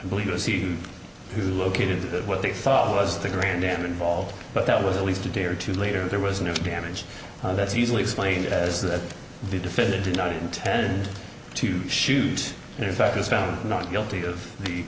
believe it was he who located what they thought was the grand am involved but that was at least a day or two later there was no damage that's easily explained as that the defendant did not intend to shoot and in fact is found not guilty of the